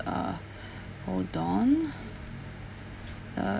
uh hold on uh